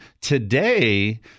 today